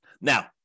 Now